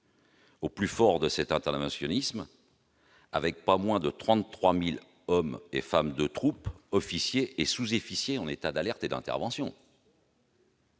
au plus fort de cet interventionnisme, avec pas moins de 33 000 hommes et femmes de troupe, officiers et sous-officiers en état d'alerte et d'intervention.